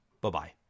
Bye-bye